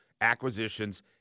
acquisitions